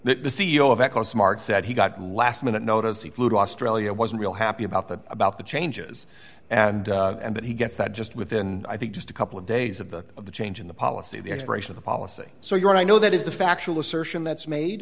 one the c e o of eco smarts that he got last minute notice he flew to australia wasn't real happy about that about the changes and that he gets that just within i think just a couple of days of the of the change in the policy the expiration of the policy so you and i know that is the factual assertion that's made